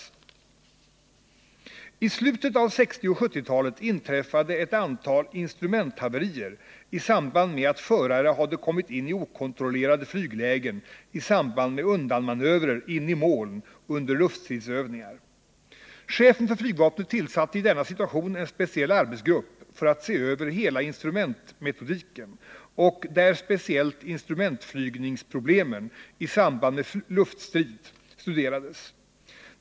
I slutet av 1960-talet och början av 1970-talet inträffade ett antal instrumenthaverier i samband med att förare hade kommit in i okontrollerade flyglägen vid undanmanövrer in i moln under luftstridsövningar. Chefen för flygvapnet tillsatte i denna situation en speciell arbetsgrupp för att se över hela instrumentflygningsmetodiken, där speciellt instrumentflygningsproblemen i samband med luftstrid studerades.